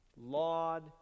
laud